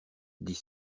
dit